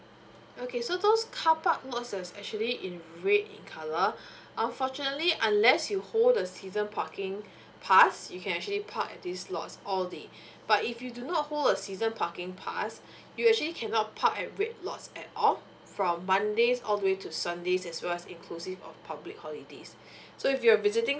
okay so those carparks lots that's actually in red in colour unfortunately unless you hold the season parking pass you can actually park at these slots all day but if you do not hold a season parking pass you actually cannot park at red lots at all from mondays all the way to sundays as well inclusive of public holidays so if you're visiting